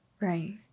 Right